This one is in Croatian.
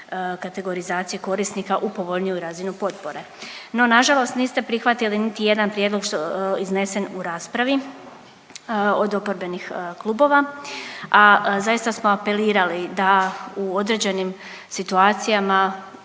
kategorizacije korisnika u povoljniju razinu potpore. No nažalost niste prihvatili niti jedan prijedlog iznesen u raspravi od oporbenih klubova, a zaista smo apelirali da u određenim situacijama